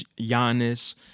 Giannis